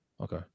Okay